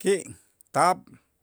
ki' taab'